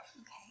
Okay